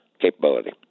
capability